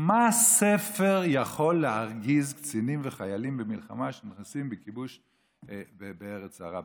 מה ספר יכול להרגיז קצינים וחיילים במלחמה כשהם נכנסים בכיבוש לארץ זרה,